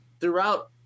throughout